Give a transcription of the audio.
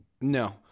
No